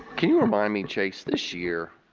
can you remind me chace, this year,